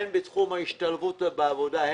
הן בתחום ההשתלבות בעבודה,